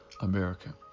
American